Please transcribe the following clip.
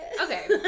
Okay